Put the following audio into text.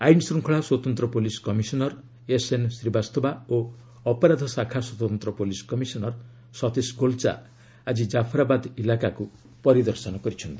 ଆଇନ୍ଶ୍ଚଙ୍ଗଳା ସ୍ୱତନ୍ତ police commissioner SN Srivastava ଓ ଅପରାଧଶାଖା ସ୍ୱତନ୍ତ୍ର ପୁଲିସ୍ କମିଶନର ସତୀଶ ଗୋଲଚା ଆଜି ଜାଫ୍ରାବାଦ୍ ଇଲାକାକୁ ପରିଦର୍ଶନ କରିଛନ୍ତି